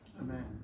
Amen